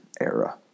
era